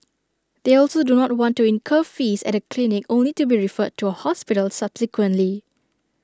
they also do not want to incur fees at A clinic only to be referred to A hospital subsequently